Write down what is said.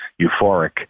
euphoric